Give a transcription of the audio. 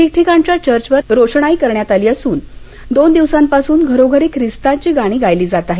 ठिकठीकाणच्या चर्चवर रोषणाई करण्यात आली असून दोन दिवसांपासून घरोघरी ख्रिस्ताची गाणी गायली जात आहेत